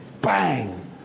bang